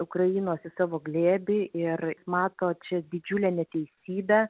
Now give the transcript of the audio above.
ukrainos į savo glėbį ir mato čia didžiulę neteisybę